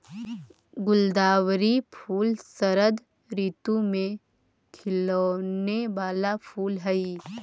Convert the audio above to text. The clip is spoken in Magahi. गुलदावरी फूल शरद ऋतु में खिलौने वाला फूल हई